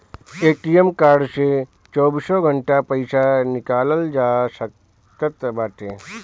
ATM card से चौबीसों घंटा पईसा निकालल जा सकत बाटे